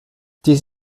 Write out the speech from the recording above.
dies